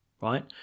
right